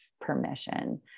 permission